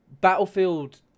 battlefield